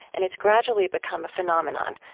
and it's gradually become a phenomenon,